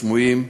סמויים,